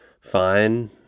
fine